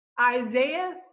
Isaiah